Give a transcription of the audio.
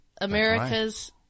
America's